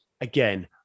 again